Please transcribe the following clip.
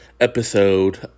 episode